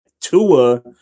Tua